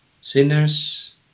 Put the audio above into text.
sinners